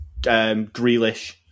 Grealish